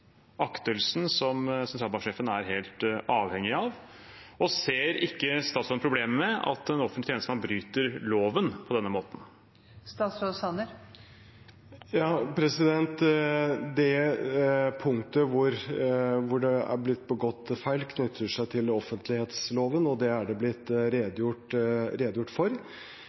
aktelsen, som sentralbanksjefen er helt avhengig av? Ser ikke statsråden problemet med at en offentlig tjenestemenn bryter loven på denne måten? Det punktet hvor det er blitt begått feil, knytter seg til offentlighetsloven. Det er det blitt redegjort for.